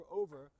over